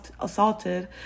assaulted